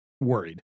worried